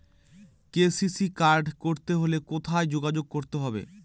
KCC card করতে হলে কোথায় যোগাযোগ করতে হবে?